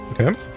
Okay